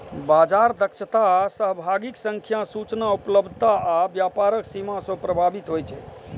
बाजार दक्षता सहभागीक संख्या, सूचना उपलब्धता आ व्यापारक सीमा सं प्रभावित होइ छै